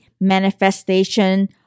manifestation